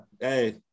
Hey